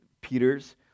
Peter's